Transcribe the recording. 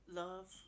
love